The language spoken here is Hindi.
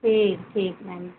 ठीक ठीक मैम